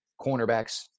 cornerbacks